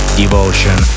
devotion